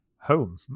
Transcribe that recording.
home